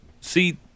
See